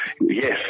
Yes